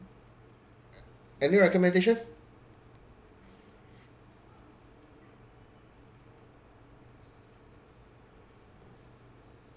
any recommendation